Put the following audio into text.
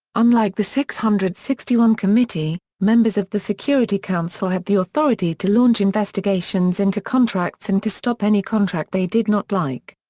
unlike the six hundred and sixty one committee, members of the security council had the authority to launch investigations into contracts and to stop any contract they did not like.